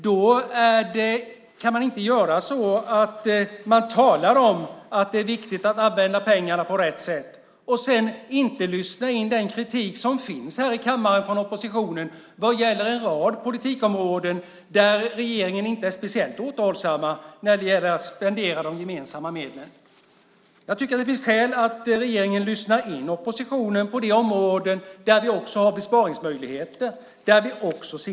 Då kan man inte tala om att det är viktigt att använda pengarna på rätt sätt och sedan inte lyssna på den kritik som finns från oppositionen här i kammaren vad gäller en rad politikområden där regeringen inte är speciellt återhållsam med att spendera de gemensamma medlen. Jag tycker att det finns skäl för regeringen att lyssna på oppositionen när det gäller de områden där vi har besparingsmöjligheter.